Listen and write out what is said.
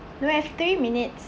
you have three minutes